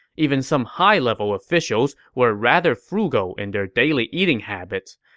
even some high-level officials were rather frugal in their daily eating habits.